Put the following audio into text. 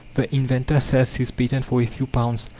the inventor sells his patent for a few pounds,